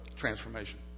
transformation